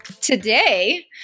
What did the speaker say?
today